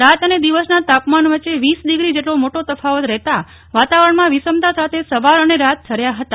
રાત અને દિવસના તાપમાન વચ્ચે વીસ ડિગ્રી જેટલો મોટો તફાવત રહેતાં વાતાવરણમાં વિષમતા સાથે સવાર અને રાત ઠર્યા હતા